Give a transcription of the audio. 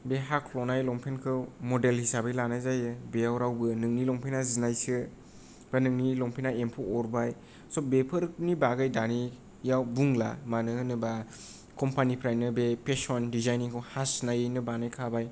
बे हाख्लनाय लंफेनखौ मडेल हिसाबै लानाय जायो बेयाव रावबो नोंनि लंफेना जिनायसो बा नोंनि लंफेना जिबाय बेफोरनि बारैयाव दानि जुगाव बुंला मानो होनोबा कम्पानिनिफ्रायनो फेसन डिजाइनिंखौ हासिनायैनो बानाय खाबाय